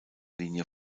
linie